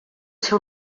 ser